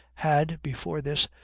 had, before this,